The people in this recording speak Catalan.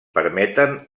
permeten